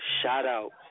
shout-out